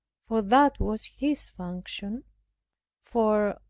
for that was his function for,